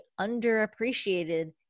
underappreciated